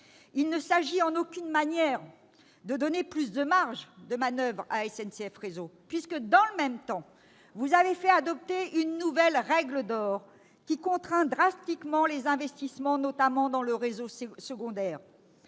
il ne s'agit en aucune manière de donner plus de marges de manoeuvre à SNCF Réseau, puisque, dans le même temps, vous avez fait adopter une nouvelle règle d'or qui contraint drastiquement les investissements, notamment dans le réseau secondaire.